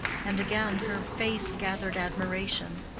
and again her face gathered admiration.